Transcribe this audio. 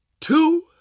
two